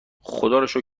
خداروشکر